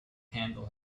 handle